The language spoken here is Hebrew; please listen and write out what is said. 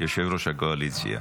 יושב-ראש הקואליציה.